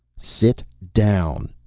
sit down!